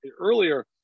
earlier